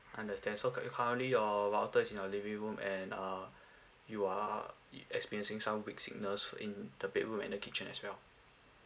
understand so c~ currently your router is in your living room and err you are it experiencing some weak signals in the bedroom and the kitchen as well